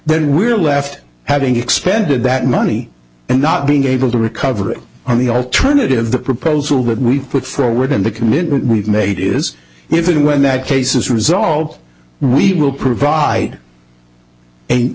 then we're left having expended that money and not being able to recover it on the alternative the proposal that we put forward and the commitment we've made is if and when that case is resolved we will provide